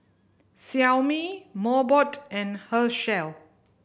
Xiaomi Mobot and Herschel